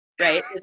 right